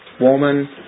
woman